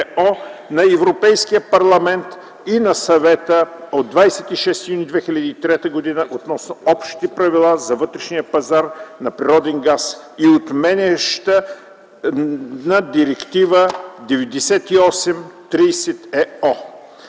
на Европейския парламент и на Съвета от 26 юни 2003 година относно общите правила за вътрешния пазар на природен газ и отменяща Директива 98/30/ЕО;